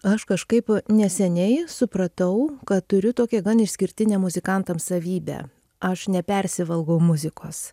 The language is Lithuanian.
aš kažkaip neseniai supratau kad turiu tokią gan išskirtinę muzikantams savybę aš nepersivalgau muzikos